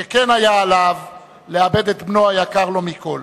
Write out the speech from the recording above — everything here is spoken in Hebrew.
שכן היה עליו לאבד את בנו היקר לו מכול.